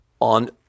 on